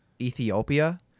Ethiopia